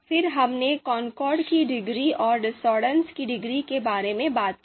फिर हमने कॉनकॉर्ड की डिग्री और डिसॉर्डेंस की डिग्री के बारे में बात की